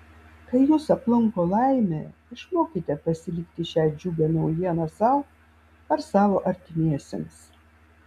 kai jus aplanko laimė išmokite pasilikti šią džiugią naujieną sau ar savo artimiesiems